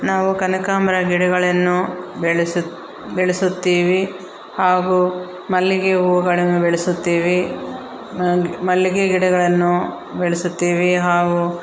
ನಾವು ಕನಕಾಂಬರ ಗಿಡಗಳನ್ನು ಬೆಳೆಸು ಬೆಳೆಸುತ್ತೀವಿ ಹಾಗೂ ಮಲ್ಲಿಗೆ ಹೂಗಳನ್ನು ಬೆಳೆಸುತ್ತೀವಿ ಮಲ್ಲಿಗೆ ಗಿಡಗಳನ್ನು ಬೆಳೆಸುತ್ತೀವಿ ಹಾಗೂ